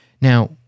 Now